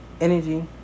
energy